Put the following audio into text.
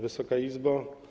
Wysoka Izbo!